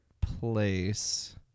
place